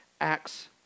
Acts